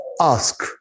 ask